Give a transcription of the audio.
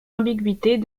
ambiguïtés